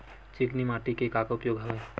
चिकनी माटी के का का उपयोग हवय?